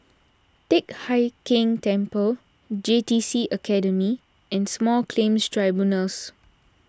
Teck Hai Keng Temple J T C Academy and Small Claims Tribunals